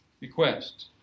requests